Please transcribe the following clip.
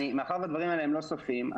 מאחר והדברים האלה הם לא סופיים,